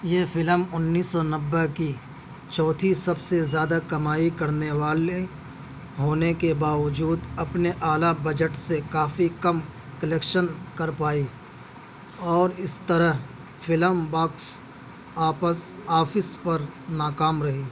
یہ فلم انيس سو نوّے کی چوتھی سب سے زیادہ کمائی کرنے والے ہونے کے باوجود اپنے اعلیٰ بجٹ سے کافی کم کلیکشن کر پائی اور اس طرح فلم باکس آپس آفس پر ناکام رہی